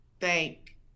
thank